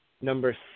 Number